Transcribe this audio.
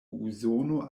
usono